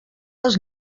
als